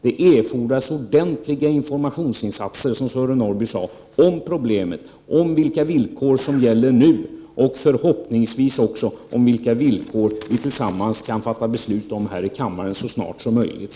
Det erfordras ordentliga informationsinsatser, som Sören Norrby sade, om problemet, om de villkor som gäller nu och förhoppningsvis om de villkor som skall gälla i framtiden — villkor som vi tillsammans kan fatta beslut om här i riksdagen så snart som möjligt.